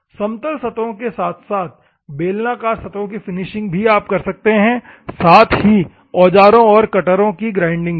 समतल सतहों के साथ साथ बेलनाकार सतहों की फिनिशिंग भी आप कर सकते हैं और साथ ही औजारों और कटरों की ग्राइंडिंग भी